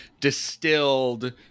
distilled